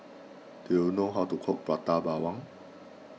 do you know how to cook Prata Bawang